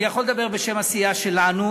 אני יכול לדבר בשם הסיעה שלנו,